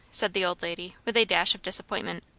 said the old lady with a dash of disappointment.